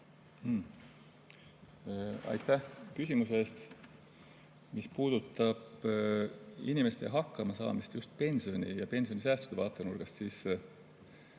Aitäh küsimuse eest! Mis puudutab inimeste hakkamasaamist pensioni ja pensionisäästude vaatenurgast, siis